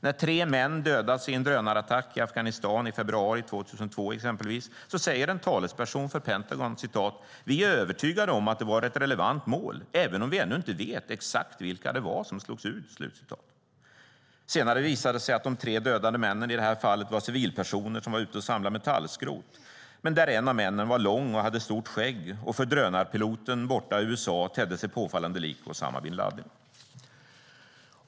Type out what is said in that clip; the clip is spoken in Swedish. När tre män dödas i en drönarattack i Afghanistan i februari 2002 sade en talesperson för Pentagon: Vi är övertygade om att det var ett relevant mål, även om vi ännu inte vet exakt vilka det var som slogs ut. Senare visade det sig att de tre dödade männen var civilpersoner som var ute och samlade metallskrot. En av männen var lång och hade stort skägg, och för drönarpiloten borta i USA tedde han sig påfallande lik Usama bin Ladin.